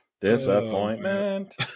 disappointment